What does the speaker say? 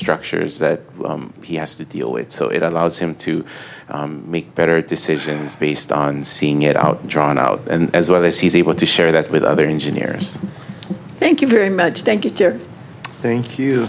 structures that he has to deal with so it allows him to make better decisions based on seeing it out drawn out as well as he's able to share that with other engineers thank you very much thank you